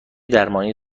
درمانی